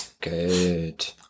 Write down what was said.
Good